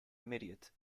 immediate